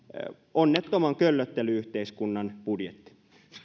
onnettoman köllöttely yhteiskunnan budjetti